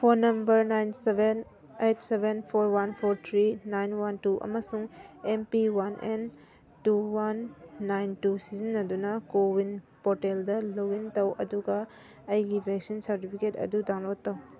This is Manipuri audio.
phone number nine seven eight seven four one four three nine one two ꯑꯃꯁꯨꯡ M P one N two one nine two ꯁꯤꯖꯤꯟꯅꯗꯨꯅ ꯀꯣꯋꯤꯟ ꯄꯣꯔꯇꯦꯜꯗ ꯂꯣꯛ ꯏꯟ ꯇꯧ ꯑꯗꯨꯒ ꯑꯩꯒꯤ ꯚꯦꯛꯁꯤꯟ ꯁꯥꯔꯇꯤꯐꯤꯀꯦꯠ ꯑꯗꯨ ꯗꯥꯎꯟꯂꯣꯠ ꯇꯧ